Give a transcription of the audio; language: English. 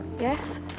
Yes